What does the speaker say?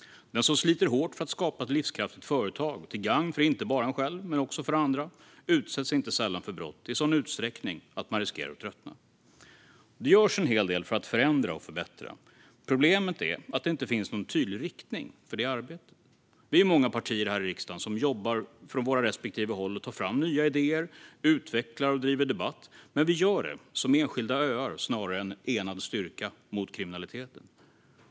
Den som sliter hårt för att skapa ett livskraftigt företag, till gagn inte bara för sig själv utan också för alla andra, utsätts inte sällan för brott i sådan utsträckning att den riskerar att tröttna. Det görs dock en hel del för att förändra och förbättra. Problemet är att det inte finns någon tydlig riktning för det arbetet. Vi är många partier här i riksdagen som jobbar på från våra respektive håll och tar fram nya idéer, utvecklar och driver debatt. Men vi gör det som enskilda öar snarare än som en enad styrka mot kriminaliteten.